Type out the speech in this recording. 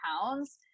pounds